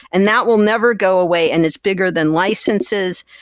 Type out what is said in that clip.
and that will never go away and is bigger than licenses,